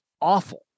awful